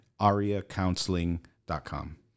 ariacounseling.com